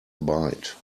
bite